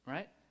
Right